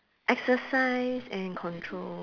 exercise and control